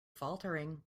faltering